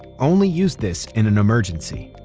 only use this in an emergency.